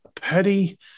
petty